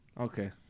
Okay